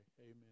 Amen